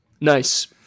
nice